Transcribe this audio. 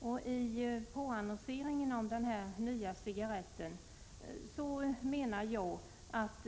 Jag menar således att redan annonseringen om den nya cigaretten kommer att leda till att